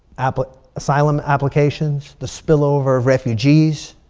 ah but asylum applications. the spillover of refugees.